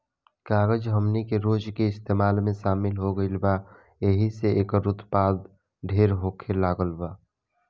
कागज हमनी के रोज के इस्तेमाल में शामिल हो गईल बा एहि से एकर उत्पाद ढेर होखे लागल बा